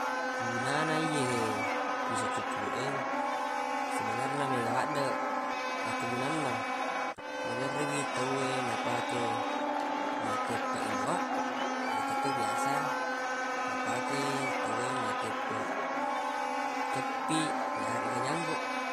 Gunana ye piso cukkuruq e sebenar na mega ladde akkegunanna maderri wi tawwe napake matteppeq wilua engka to biasa napake tawwe matteppeq ceppi yaregga janggoq.